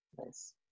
Nice